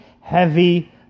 heavy